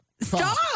Stop